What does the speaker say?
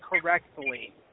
correctly